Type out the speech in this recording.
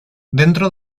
dentro